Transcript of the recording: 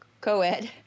co-ed